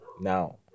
now